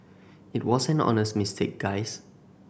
it was an honest mistake guys